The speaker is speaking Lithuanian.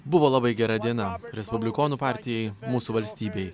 buvo labai gera diena respublikonų partijai mūsų valstybei